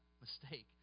mistake